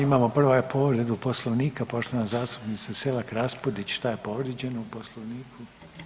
Imamo prva je povreda Poslovnika, poštovana zastupnica Selak Raspudić, šta je povrijeđeno u Poslovniku?